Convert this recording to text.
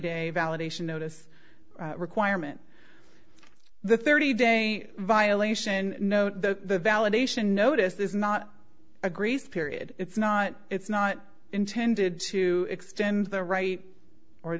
day validation notice requirement the thirty day violation no the validation notice is not a grace period it's not it's not intended to extend the right or